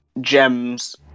gems